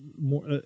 more